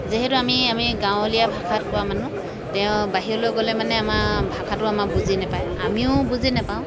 যিহেতু আমি আমি গাঁৱলীয়া ভাষাত কোৱা মানুহ তেও বাহিৰলৈ গ'লে মানে আমাৰ ভাষাটো আমাৰ বুজি নাপায় আমিও বুজি নাপাওঁ